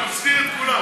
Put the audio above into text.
לא, אני מסתיר את כולם.